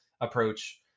approach